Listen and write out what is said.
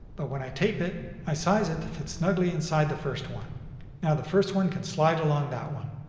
but when i tape it, i size it to fit snuggly inside the first one. now the first one can slide along that one.